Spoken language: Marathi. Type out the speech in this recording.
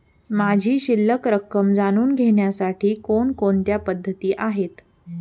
माझी शिल्लक रक्कम जाणून घेण्यासाठी कोणकोणत्या पद्धती आहेत?